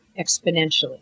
exponentially